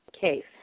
case